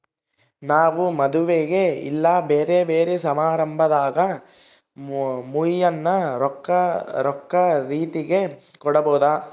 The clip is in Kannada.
ನಾವು ಮದುವೆಗ ಇಲ್ಲ ಬ್ಯೆರೆ ಬ್ಯೆರೆ ಸಮಾರಂಭದಾಗ ಮುಯ್ಯಿನ ರೊಕ್ಕ ರೀತೆಗ ಕೊಡಬೊದು